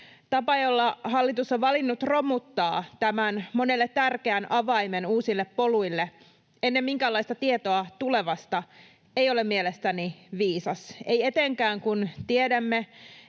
Tapa, jolla hallitus on valinnut romuttaa tämän monelle tärkeän avaimen uusille poluille ennen minkäänlaista tietoa tulevasta, ei ole mielestäni viisas, ei etenkään, kun tiedämme,